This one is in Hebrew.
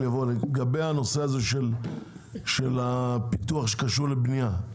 לגבי הנושא של הפיתוח שקשור לבנייה,